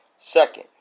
Second